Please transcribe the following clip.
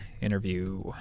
interview